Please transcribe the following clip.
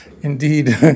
indeed